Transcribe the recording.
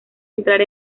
entrar